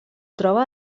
troba